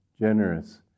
generous